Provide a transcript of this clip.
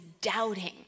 doubting